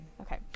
Okay